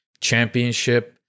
championship